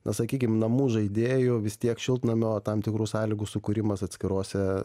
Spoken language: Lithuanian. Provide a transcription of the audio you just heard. na sakykim namų žaidėjų vis tiek šiltnamio tam tikrų sąlygų sukūrimas atskirose